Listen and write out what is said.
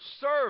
serve